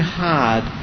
hard